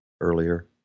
earlier